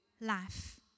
life